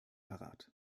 parat